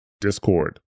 Discord